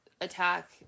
attack